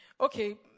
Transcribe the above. Okay